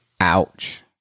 Ouch